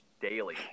daily